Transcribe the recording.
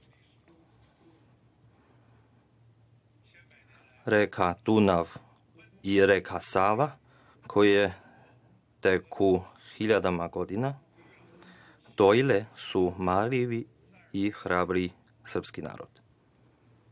Reka Dunav i reka Sava koje teku hiljadama godina dojili su marljivi i hrabri srpski narod.